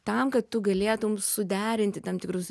tam kad tu galėtum suderinti tam tikrus